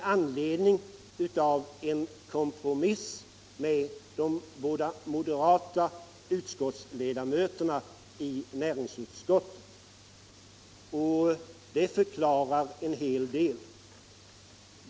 tack vare en kompromiss med de båda moderata ledamöterna i näringsutskottet, och det förklarar en hel del.